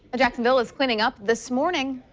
jacksonville is cleaning up this morning.